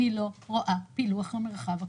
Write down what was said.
אני לא רואה פילוח למרחב הכפרי.